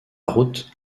route